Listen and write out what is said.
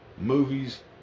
movies